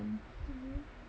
mmhmm